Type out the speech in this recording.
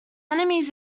enemies